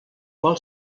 qual